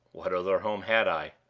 what other home had i?